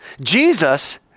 Jesus